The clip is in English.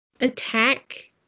attack